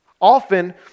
Often